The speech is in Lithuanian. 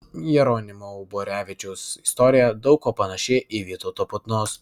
jeronimo uborevičiaus istorija daug kuo panaši į vytauto putnos